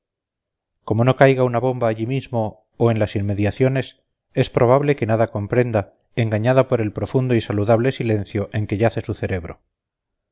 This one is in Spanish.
como no caiga una bomba allí mismo o en las inmediaciones es probable que nada comprenda engañada por el profundo y saludable silencio en que yace su cerebro